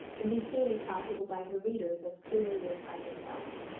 and be seen if possible by her readers as clearly as by herself.